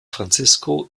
francisco